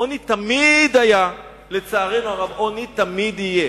עוני תמיד היה, לצערנו הרב, עוני תמיד יהיה.